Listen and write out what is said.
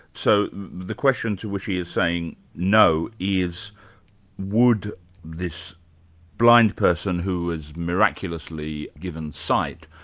so the question to which he is saying no is would this blind person who was miraculously given sight,